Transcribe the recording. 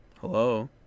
Hello